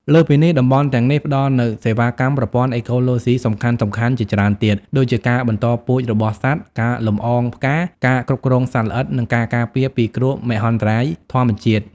លើសពីនេះ តំបន់ទាំងនេះផ្តល់នូវសេវាកម្មប្រព័ន្ធអេកូឡូស៊ីសំខាន់ៗជាច្រើនទៀត ដូចជាការបន្តពូជរបស់សត្វ ការលំអងផ្កា ការគ្រប់គ្រងសត្វល្អិត និងការការពារពីគ្រោះមហន្តរាយធម្មជាតិ។